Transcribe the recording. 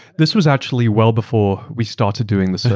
this was actually well before we started doing the so